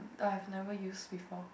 but I've never use before